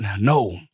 No